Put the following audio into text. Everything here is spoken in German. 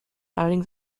allerdings